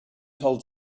told